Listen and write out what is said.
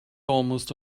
almost